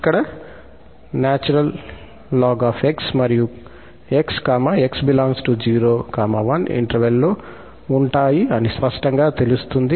ఇక్కడ ln 𝑥 మరియు 𝑥 𝑥 ∈ 01 interval లో ఉంటాయి అని స్పష్టంగా తెలుస్తుంది